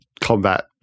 combat